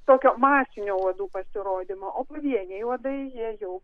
tokio masinio odų pasirodymo o pavieniai uodai jie jau